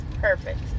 perfect